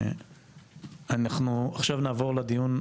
נעבור לדיון.